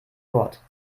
wort